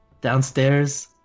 downstairs